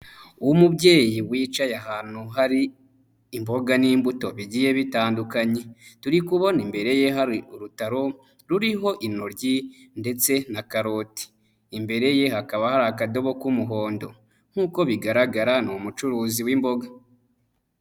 Umubyeyi wicaye ahantu hari imboga n'imbuto bigiye bitandukanye, turi kubona imbere ye hari urutaro, ruriho inoryi ndetse na karoti, imbere ye hakaba hari akadobo k'umuhondo nkuko bigaragara, ni umucuruzi w'imboga.